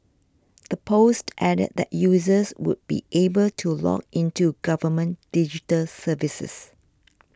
the post added that users would be able to log into government digital services